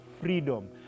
freedom